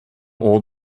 old